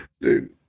Dude